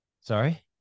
sorry